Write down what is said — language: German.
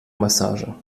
massage